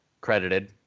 credited